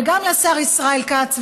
וגם לשר ישראל כץ,